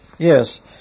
Yes